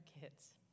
kids